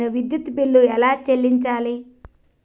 నేను విద్యుత్ బిల్లు ఎలా చెల్లించాలి?